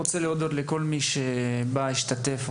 אני רוצה להודות לכל אלה שבאו והשתתפו.